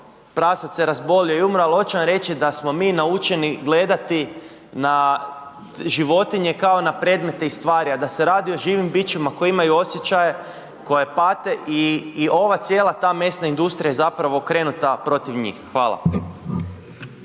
Prasac se razbolio i umro, ali hoću vam reći da smo mi naučeni gledati na životinje kao na predmete i stvari, a da se radi o živim bićima koji imaju osjećaje, koje pate i ova cijela ta mesna industrija je zapravo okrenuta protiv njih. Hvala.